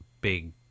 Big